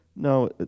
No